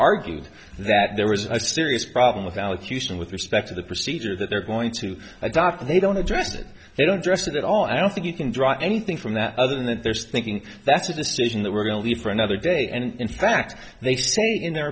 argued that there was a serious problem with allocution with respect to the procedure that they're going to adopt or they don't address that they don't dress it at all i don't think you can draw anything from that other than that there is thinking that's a decision that we're going to leave for another day and in fact they say in their